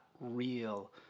real